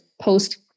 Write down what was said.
post